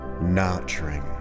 nurturing